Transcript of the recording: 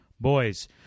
Boys